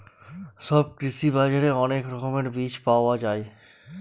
সব কৃষি বাজারে অনেক রকমের বীজ পাওয়া যায়